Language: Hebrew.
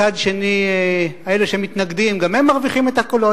מצד שני אלה שמתנגדים, גם הם מרוויחים את הקולות.